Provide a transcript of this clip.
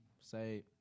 Say